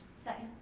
second.